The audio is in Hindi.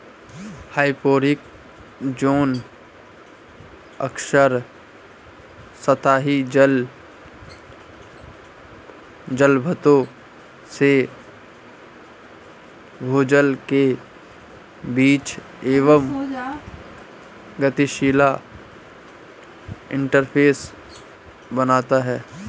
हाइपोरिक ज़ोन अक्सर सतही जल जलभृतों से भूजल के बीच एक गतिशील इंटरफ़ेस बनाता है